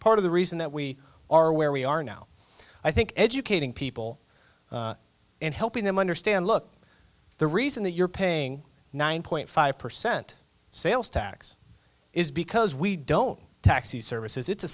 part of the reason that we are where we are now i think educating people and helping them understand look the reason that you're paying nine point five percent sales tax is because we don't taxi services it's a